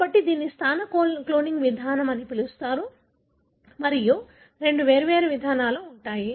కాబట్టి దీనిని స్థాన క్లోనింగ్ విధానం అని పిలుస్తారు మరియు రెండు వేర్వేరు విధానాలు ఉన్నాయి